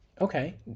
Okay